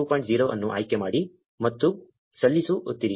0 ಅನ್ನು ಆಯ್ಕೆ ಮಾಡಿ ಮತ್ತು ಸಲ್ಲಿಸು ಒತ್ತಿರಿ